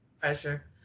pressure